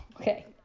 Okay